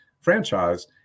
franchise